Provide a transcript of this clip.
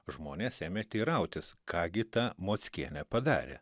žmonės ėmė teirautis ką gi ta mockienė padarė